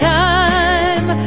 time